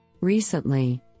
Recently